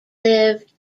lived